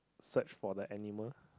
search for the animal